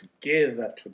together